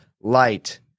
light